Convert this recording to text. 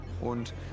und